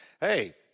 Hey